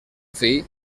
fill